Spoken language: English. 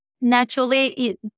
Naturally